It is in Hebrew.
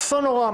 אסון נורא,